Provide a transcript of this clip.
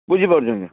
ବୁଝିପାରୁଛନ୍ତି